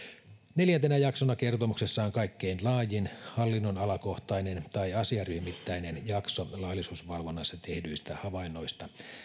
neljäntenä jaksona kertomuksessa on kaikkein laajin hallinnonalakohtainen tai asiaryhmittäinen jakso laillisuusvalvonnassa tehdyistä havainnoista